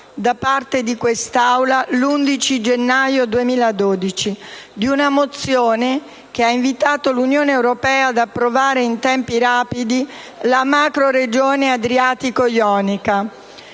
da parte di quest'Aula l'11 gennaio 2012 di una mozione che ha invitato l'Unione europea ad approvare in tempi rapidi la creazione della macroregione adriatico-ionica.